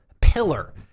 pillar